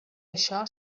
això